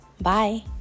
Bye